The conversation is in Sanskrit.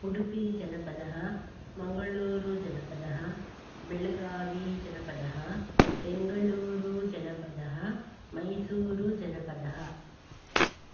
उडुपीजनपदः मङ्गलूरुजनपदः बेलगावीजनपदः बेङ्गलूरुजनपदः मैसूरुजनपदः